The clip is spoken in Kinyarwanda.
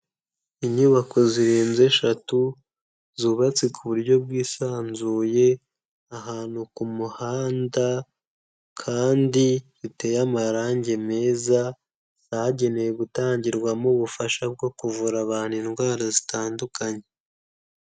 Inyubako zirenze eshatu, zubatse ku buryo bwisanzuye ahantu ku muhanda kandi ziteye amarangi meza, zagenewe gutangirwamo ubufasha bwo kuvura abantu indwara zitandukanye.